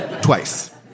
Twice